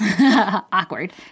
Awkward